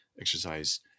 exercise